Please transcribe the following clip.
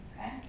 okay